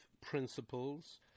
principles